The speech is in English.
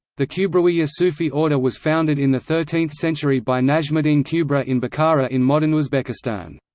the kubrawiya sufi order was founded in the thirteenth century by najmuddin kubra in bukhara in modern uzbekistan.